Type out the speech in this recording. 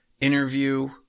interview